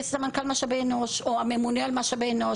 סמנכ"ל משאבי אנוש או הממונה על משאבי אנוש.